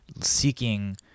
seeking –